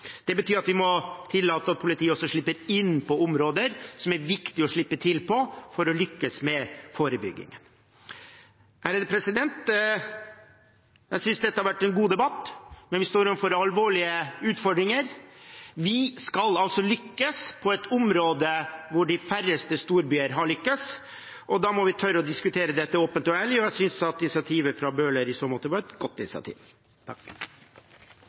Det betyr at vi må tillate at politiet også slipper inn på områder som er viktige å slippe til på for å lykkes med forebygging. Jeg synes dette har vært en god debatt. Men vi står overfor alvorlige utfordringer. Vi skal lykkes på et område hvor de færreste storbyer har lyktes. Da må vi tørre å diskutere dette åpent og ærlig. Jeg synes at initiativet fra Bøhler i så måte var et godt initiativ.